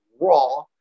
raw